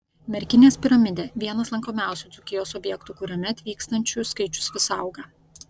merkinės piramidė vienas lankomiausių dzūkijos objektų kuriame atvykstančių skaičius vis auga